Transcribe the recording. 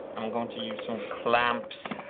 i'm going to use some clamps.